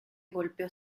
golpeó